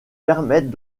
permettent